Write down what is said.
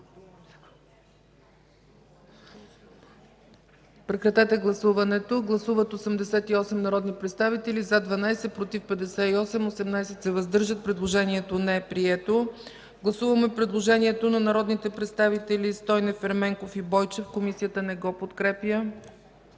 Комисията не го подкрепя. Гласували 88 народни представители: за 12, против 58, въздържали се 18. Предложението не е прието. Гласуваме предложението на народните представители Стойнев, Ерменков и Бойчев. Комисията не го подкрепя.